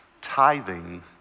Tithing